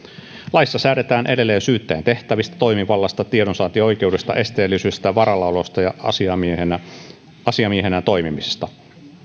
laissa säädetään edelleen syyttäjän tehtävistä toimivallasta tiedonsaantioikeudesta esteellisyydestä varallaolosta ja asiamiehenä asiamiehenä toimimisesta